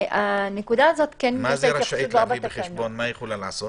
מה היא יכולה לעשות?